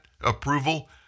approval